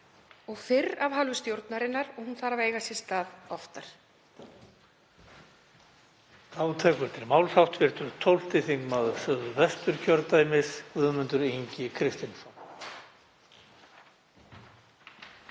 fyrr af hálfu stjórnarinnar og hún þarf að eiga sér stað oftar.